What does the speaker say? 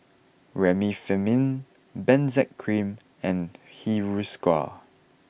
Remifemin Benzac cream and Hiruscar